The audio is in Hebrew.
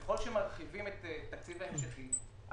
ככל שמרחיבים את התקציב ההמשכי,